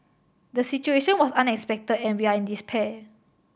the situation was unexpected and we are in despair